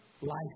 life